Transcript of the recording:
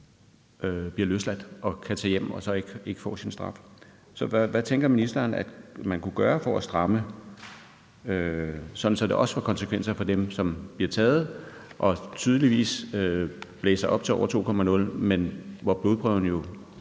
bliver løsladt og kan tage hjem og så ikke får sin straf. Så hvad tænker ministeren at man kunne gøre for at stramme det, sådan at det også får konsekvenser for dem, som bliver taget og tydeligvis blæser op til over 2,0, men hvis blodprøver jo